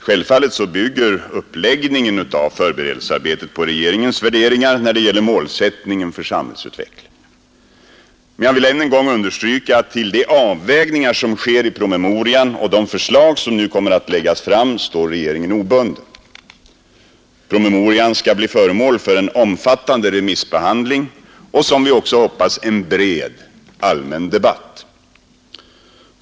Självfallet bygger uppläggningen av förberedelsearbetet på regeringens värderingar när det gäller målsättningen för samhällsutvecklingen. Men jag vill än en gång understryka att till de avvägningar som görs i promemorian och de förslag som nu kommer att läggas fram står regeringen obunden. Promemorian skall bli föremål för en omfattande remissbehandling och, som vi också hoppas, en bred allmän debatt.